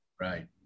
Right